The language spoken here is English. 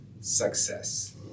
success